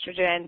estrogen